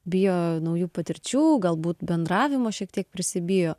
bijo naujų patirčių galbūt bendravimo šiek tiek prisibijo